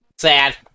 Sad